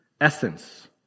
essence